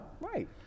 Right